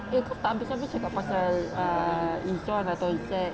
eh kau tak habis-habis cakap pasal err izuan atau zack